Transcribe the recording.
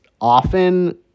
often